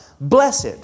blessed